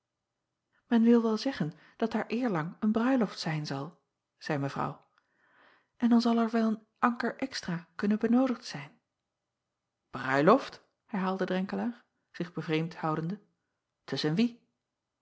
en wil wel zeggen dat daar eerlang een bruiloft zijn zal zeî evrouw en dan zal er wel een anker extra kunnen benoodigd zijn ruiloft herhaalde renkelaer zich bevreemd houdende tusschen wie